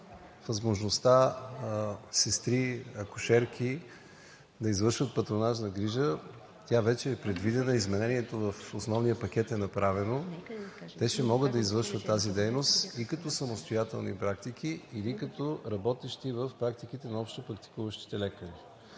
възможността сестри, акушерки да извършват патронажна грижа, тя вече е предвидена – изменението в основния пакет е направено. Те ще могат да извършват тази дейност или като самостоятелни практики, или като работещи в практиките на общопрактикуващите лекари.